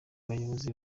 y’abayobozi